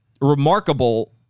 remarkable